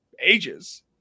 ages